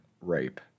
rape